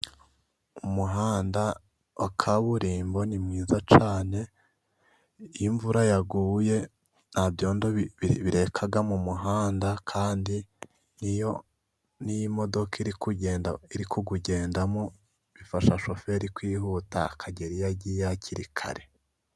Umuhanda wa kaburimbo ni mwiza cyane, iyo imvura yaguye nta byondo bireka mu muhanda, kandi n'iyo imodoka iri kugenda iri kuwugendamo, bifasha shoferi kwihuta akagera iyo agiye hakiri kare.